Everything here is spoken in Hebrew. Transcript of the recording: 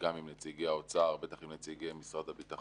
גם עם נציגי האוצר, בטח עם נציגי משרד הביטחון,